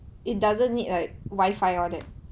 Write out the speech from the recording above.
it doesn't need like wifi all that